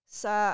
sa